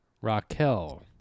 Raquel